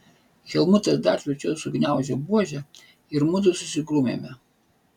helmutas dar tvirčiau sugniaužė buožę ir mudu susigrūmėme